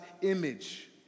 image